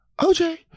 OJ